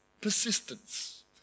persistence